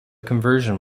conversion